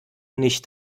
nicht